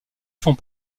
font